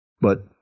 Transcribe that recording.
But-